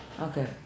Okay